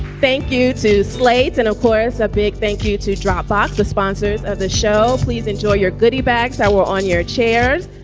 thank you to slate. and of course, a big thank you to drop off the sponsors of the show. please enjoy your goodie bags that were on your chairs.